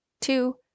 two